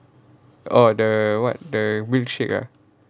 orh the what the milkshake ah